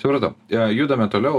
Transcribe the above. supratau jo judame toliau